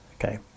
Okay